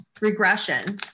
regression